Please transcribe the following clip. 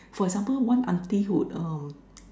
for example one auntie would uh